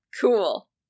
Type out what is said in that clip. Cool